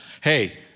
Hey